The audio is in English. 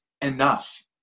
enough